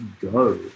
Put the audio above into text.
go